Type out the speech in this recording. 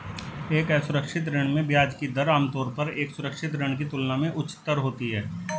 एक असुरक्षित ऋण में ब्याज की दर आमतौर पर एक सुरक्षित ऋण की तुलना में उच्चतर होती है?